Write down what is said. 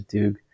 Duke